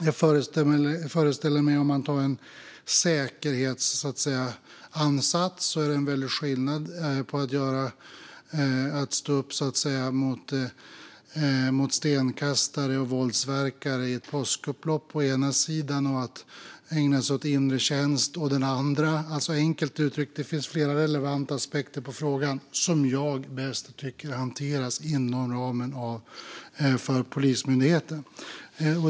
Med utgångspunkt i en säkerhetsansats föreställer jag mig att det är en väldig skillnad mellan att å ena sidan stå upp mot stenkastare och våldsverkare i ett påskupplopp och att å andra sidan ägna sig åt inre tjänst. Enkelt uttryckt: Det finns flera relevanta aspekter på frågan som jag tycker hanteras bäst inom ramen för Polismyndigheten.